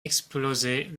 exploser